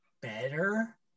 better